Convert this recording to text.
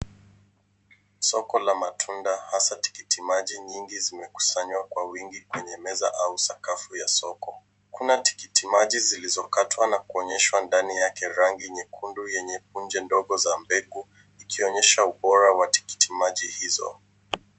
Soko la matunda, hasa tikiti maji nyingi zimekusanywa kwa wingi kwenye meza au sakafu ya soko. Kuna tikitimaji zilizokatwa na kuonyeshwa ndani yake rangi nyekundu, yenye punje ndogo za mbegu ikionyesha ubora wa tikitimaji hizo.